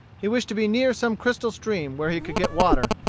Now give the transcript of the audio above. he wished to be near some crystal stream where he could get water,